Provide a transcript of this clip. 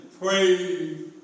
Praise